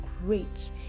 great